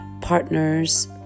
partners